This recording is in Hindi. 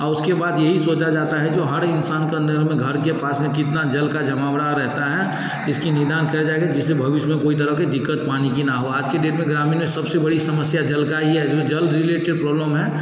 और उसके बाद यही सोचा जाता है जो हर इंसान के अंदर में घर के पास में कितना जल का जमावड़ा रहता है इसकी निदान किया जाएगा जिससे भविष्य में कोई तरह के दिक्कत पानी कि न हो आज के डेट में ग्रामीण सबसे बड़ी समस्या जल का ही है जो जल रिलेटेड प्रॉब्लम है